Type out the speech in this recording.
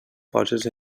poses